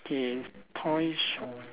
okay toy shop